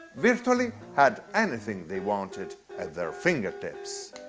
virtually had anything they wanted at their fingertips.